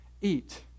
eat